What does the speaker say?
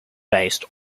based